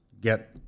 get